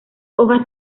hojas